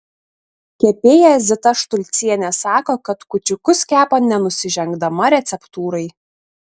kepėja zita štulcienė sako kad kūčiukus kepa nenusižengdama receptūrai